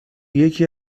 یکی